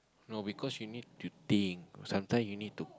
no because you need to think sometimes you need to